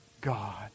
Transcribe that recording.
God